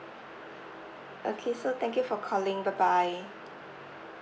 okay so thank you for calling bye bye